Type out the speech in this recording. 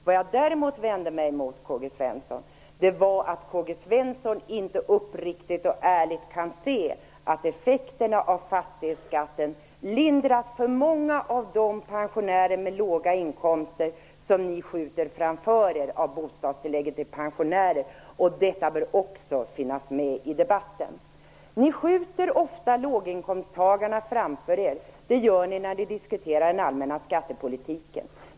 Vad jag däremot vänder mig emot var att K-G Svenson inte uppriktigt och ärligt kan se att effekterna av fastighetsskatten lindras för många av pensionärerna med låga inkomster av bostadstillägget till pensionärer, något som ni skjuter framför er. Detta bör också finnas med i debatten. Ni skjuter ofta låginkomsttagarnas situation framför er. Det gör ni när ni diskuterar den allmänna skattepolitiken.